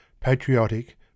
patriotic